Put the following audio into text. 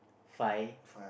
Fai